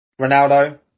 Ronaldo